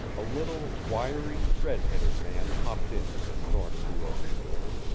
a little, wiry, red-headed man hopped in as thorne threw open the door.